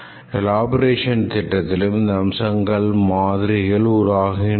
elaboration கட்டத்தில் இந்த அம்சங்கள் மாதிரி ஆகின்றன